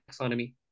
taxonomy